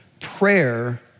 Prayer